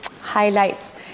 highlights